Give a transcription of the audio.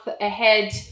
ahead